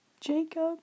Jacob